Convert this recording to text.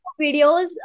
videos